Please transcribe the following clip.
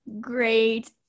great